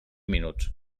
minuts